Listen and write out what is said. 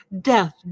Death